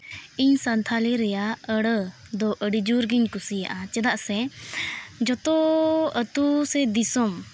ᱤᱧ ᱥᱟᱱᱛᱷᱟᱞᱤ ᱨᱮᱭᱟᱜ ᱟᱹᱲᱟ ᱫᱚ ᱟᱹᱰᱤ ᱡᱳᱨᱜᱮᱧ ᱠᱩᱥᱤᱭᱟᱜᱼᱟ ᱪᱮᱫᱟᱜ ᱥᱮ ᱡᱚᱛᱚ ᱟᱹᱛᱩ ᱥᱮ ᱫᱤᱥᱚᱢ